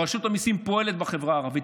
ורשות המיסים פועלת בחברה הערבית.